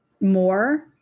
more